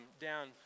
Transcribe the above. down